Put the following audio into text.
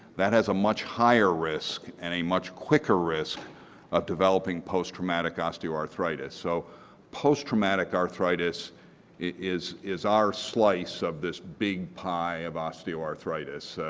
that has a much higher risk and a much quicker risk of developing posttraumatic osteoarthritis pride so posttraumatic arthritis is is our slice of this big pie of osteoarthritis.